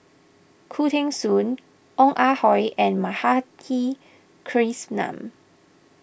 Khoo Teng Soon Ong Ah Hoi and Madhavi Krishnan